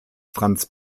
franz